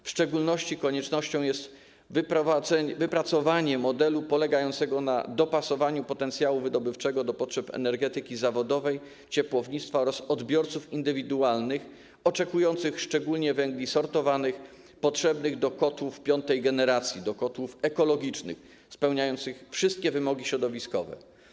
W szczególności koniecznością jest wypracowanie modelu polegającego na dopasowaniu potencjału wydobywczego do potrzeb energetyki zawodowej, ciepłownictwa oraz odbiorców indywidualnych oczekujących szczególnie węgli sortowanych potrzebnych do kotłów piątej generacji, do kotłów ekologicznych spełniających wszystkie wymogi środowiskowe.